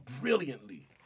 brilliantly